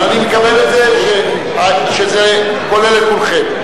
אני מקבל את זה שזה כולל את כולכם.